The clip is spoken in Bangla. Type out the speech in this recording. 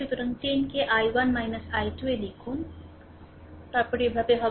সুতরাং 10 কে I1 I2 এ লিখুন তারপরে এভাবে হবে